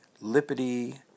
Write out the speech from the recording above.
lippity